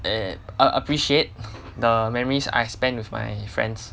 a~ appreciate the memories I spent with my friends